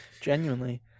Genuinely